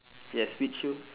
yes which shoe